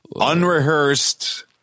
Unrehearsed